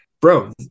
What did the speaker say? Bro